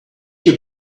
your